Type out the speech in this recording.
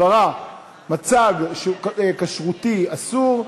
הבהרת מצג כשרותי אסור),